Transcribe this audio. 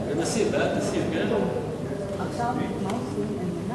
הנושא בסדר-היום של הכנסת נתקבלה.